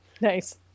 Nice